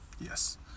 yes